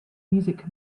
music